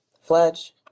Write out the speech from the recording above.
Fletch